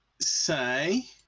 Say